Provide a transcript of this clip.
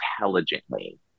intelligently